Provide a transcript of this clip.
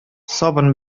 сабын